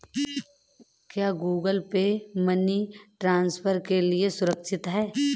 क्या Google Pay money transfer के लिए सुरक्षित है?